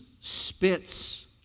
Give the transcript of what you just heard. spits